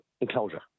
enclosure